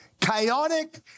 Chaotic